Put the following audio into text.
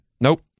Nope